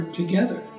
together